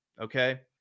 okay